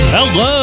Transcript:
Hello